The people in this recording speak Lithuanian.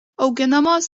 auginamos